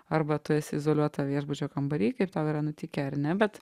arba tu esi izoliuota viešbučio kambary kaip tau yra nutikę ar ne bet